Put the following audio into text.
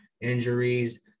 injuries